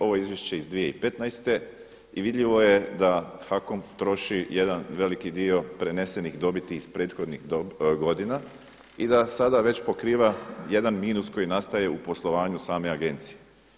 Ovo je izvješće iz 2015. i vidljivo je da HAKOM troši jedan veliki dio prenesenih dobiti iz prethodnih godina i da sada već pokriva jedan minus koji nastaje u poslovanju same agencije.